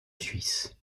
suisse